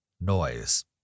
noise